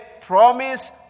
promise